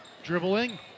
dribbling